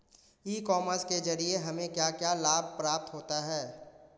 ई commerce के ज़रिए हमें क्या क्या लाभ प्राप्त होता है?